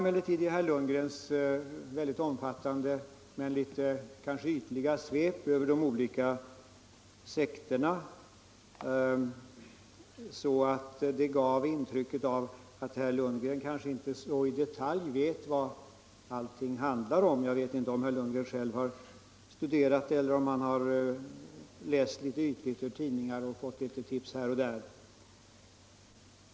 Herr Lundgrens omfattande men kanske litet ytliga svep över de olika sekterna gav emellertid intryck av att herr Lundgren måhända inte i detalj vet vad allting handlar om. Jag känner inte till om herr Lundgren själv har studerat saken eller om han har läst en smula ytligt i tidningar och fått litet tips här och där.